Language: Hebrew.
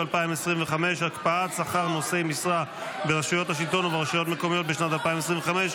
2025) (הקפאת שכר נושאי משרה ברשויות השלטון וברשויות מקומיות בשנת 2025),